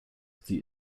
sie